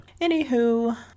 anywho